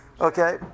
Okay